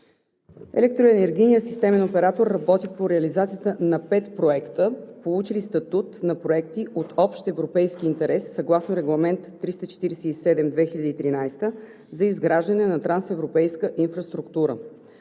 Електроенергийният системен оператор работи по реализацията на пет проекта, получили статут на проекти от общ европейски интерес, съгласно Регламент 347/2013 за изграждане на трансевропейска инфраструктура.